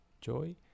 joy